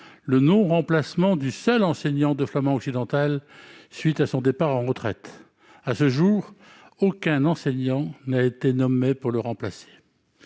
le non-remplacement du seul enseignant de flamand occidental à la suite de son départ à la retraite. À ce jour, aucun enseignant n'a été nommé pour le remplacer.